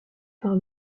par